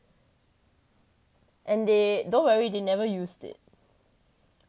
and they don't worry they never used it